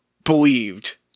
believed